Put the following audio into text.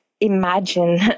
imagine